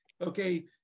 okay